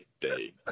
day